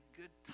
good